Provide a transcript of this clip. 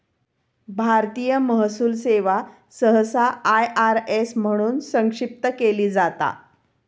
भारतीय महसूल सेवा सहसा आय.आर.एस म्हणून संक्षिप्त केली जाता